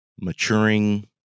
maturing